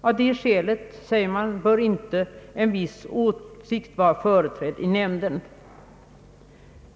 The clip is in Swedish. Av det skälet, säger man, bör inte en viss åsikt vara företrädd i nämnden.